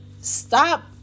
stop